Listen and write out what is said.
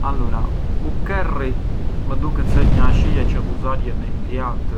Allura u curry më duket se ë një ashije çë ghuzarjën indianët